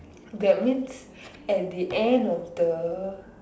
that means at the end of the